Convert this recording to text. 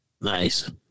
nice